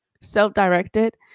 self-directed